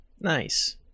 Nice